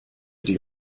die